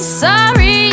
sorry